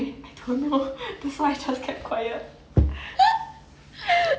I don't know that's why I just kept quiet